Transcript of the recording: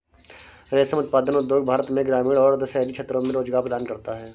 रेशम उत्पादन उद्योग भारत में ग्रामीण और अर्ध शहरी क्षेत्रों में रोजगार प्रदान करता है